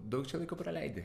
daug čia laiko praleidi